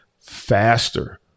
faster